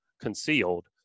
concealed